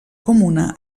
comuna